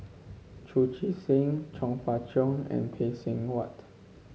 Chu Chee Seng Chong Fah Cheong and Phay Seng Whatt